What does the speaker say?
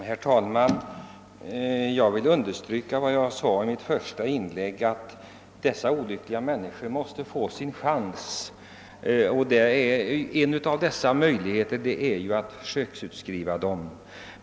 Herr talman! Jag vill understryka vad jag sade i mitt första inlägg, nämligen att dessa olyckliga människor måste få sin chans. En av möjligheterna härtill är ju att försöksutskriva dem.